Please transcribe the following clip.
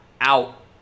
out